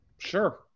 sure